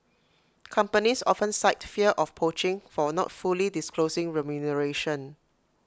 companies often cite fear of poaching for not fully disclosing remuneration